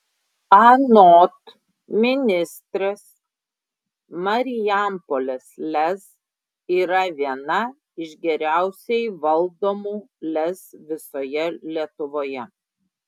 anot ministrės marijampolės lez yra viena iš geriausiai valdomų lez visoje lietuvoje